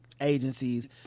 agencies